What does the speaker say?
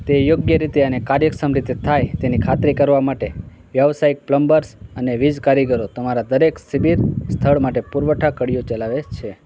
તે યોગ્ય રીતે અને કાર્યક્ષમ રીતે થાય તેની ખાતરી કરવા માટે વ્યાવસાયિક પ્લમ્બર્સ અને વીજકારીગરો તમારા દરેક શિબીર સ્થળ માટે પુરવઠા કડીઓ ચલાવે છે